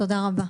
תודה רבה.